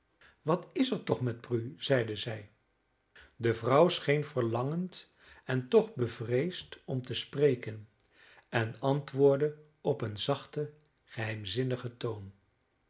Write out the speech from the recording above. wat is er toch met prue zeide zij de vrouw scheen verlangend en toch bevreesd om te spreken en antwoordde op een zachten geheimzinnigen toon